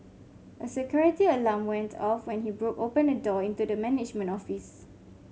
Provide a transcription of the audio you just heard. a security alarm went off when he broke open a door into the management office